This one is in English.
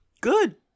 Good